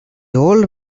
old